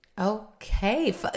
Okay